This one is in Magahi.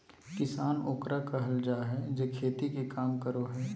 किसान ओकरा कहल जाय हइ जे खेती के काम करो हइ